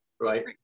right